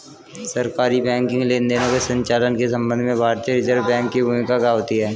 सरकारी बैंकिंग लेनदेनों के संचालन के संबंध में भारतीय रिज़र्व बैंक की भूमिका क्या होती है?